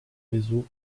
réseau